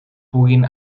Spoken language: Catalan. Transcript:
puguin